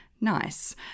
Nice